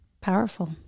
powerful